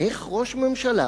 איך ראש ממשלה